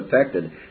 affected